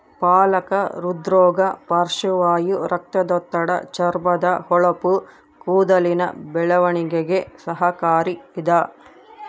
ಪಾಲಕ ಹೃದ್ರೋಗ ಪಾರ್ಶ್ವವಾಯು ರಕ್ತದೊತ್ತಡ ಚರ್ಮದ ಹೊಳಪು ಕೂದಲಿನ ಬೆಳವಣಿಗೆಗೆ ಸಹಕಾರಿ ಇದ